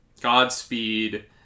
Godspeed